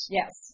yes